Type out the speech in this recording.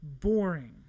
boring